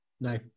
No